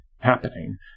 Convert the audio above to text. happening